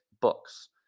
books